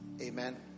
Amen